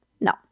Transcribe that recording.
No